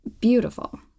beautiful